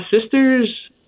sisters